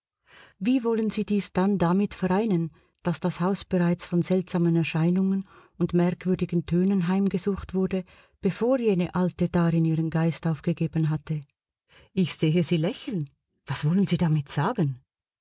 wie wollen sie dies dann damit vereinen daß das haus bereits von seltsamen erscheinungen und merkwürdigen tönen heimgesucht wurde bevor jene alte darin ihren geist aufgegeben hatte ich sehe sie lächeln was wollen sie damit sagen